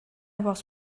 was